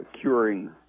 curing